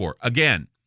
Again